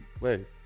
Wait